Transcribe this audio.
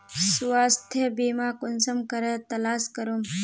स्वास्थ्य बीमा कुंसम करे तलाश करूम?